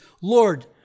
Lord